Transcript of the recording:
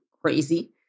crazy